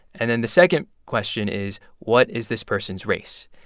and then the second question is, what is this person's race?